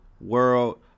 World